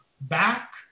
back